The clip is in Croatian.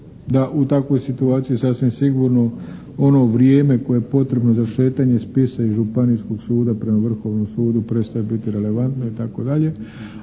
da u takvoj situaciji sasvim sigurno ono vrijeme koje je potrebno za šetanje spisa iz županijskog suda prema Vrhovnom sudu prestaje biti relevantno itd., ali